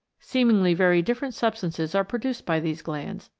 seemingly very different substances are produced by these glands,